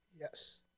Yes